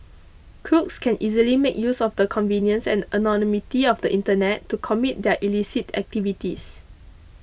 crooks can easily make use of the convenience and anonymity of the internet to commit their illicit activities